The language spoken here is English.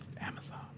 Amazon